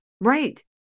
Right